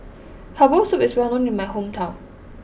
Herbal Soup is well known in my hometown